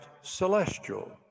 celestial